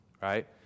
right